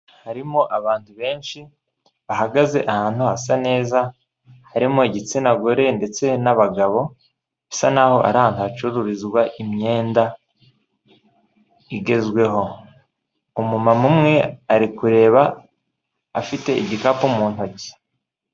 Harimo abantu benshi bahagaze ahantu hasa neza, harimo igitsina gore ndetse n'abagabo, bisa naho ari ahacururizwa imyenda igezweho. Umu mama umwe ari kureba afite igikapu mu ntoki.